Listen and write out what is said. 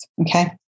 okay